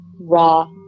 raw